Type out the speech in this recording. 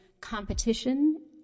competition